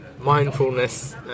mindfulness